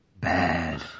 bad